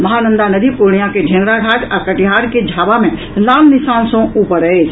महानंदा नदी पूर्णिया के ढेंगराघाट आ कटिहार के झावा मे लाल निशान सँ ऊपर अछि